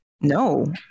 no